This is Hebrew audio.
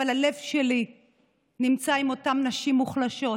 אבל הלב שלי נמצא עם אותן נשים מוחלשות,